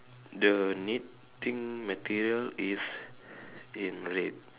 the knitting material is in red